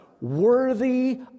worthy